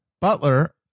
butler